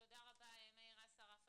תודה רבה, מאיר אסרף.